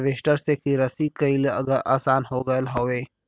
harvester से किरसी कईल आसान हो गयल हौवे